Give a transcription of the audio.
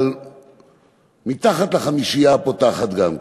אבל מתחת לחמישייה הפותחת גם כן,